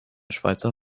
schweizer